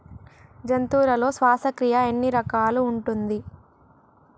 జంతువులలో శ్వాసక్రియ ఎన్ని రకాలు ఉంటది?